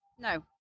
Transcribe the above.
No